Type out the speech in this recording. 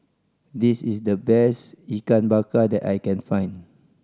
this is the best Ikan Bakar that I can find